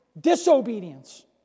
disobedience